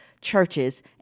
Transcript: churches